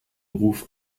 ruf